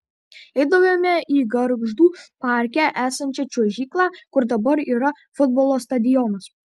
eidavome į gargždų parke esančią čiuožyklą kur dabar yra futbolo stadionas